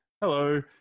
hello